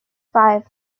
five